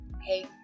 Hey